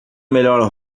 melhor